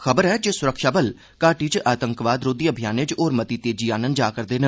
खबर ऐ जे स्रक्षाबल घाटी च आतंकवाद रोधी अभियानें च होर मती तेजी आनन जा रदे न